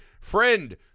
friend